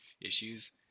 issues